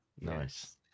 nice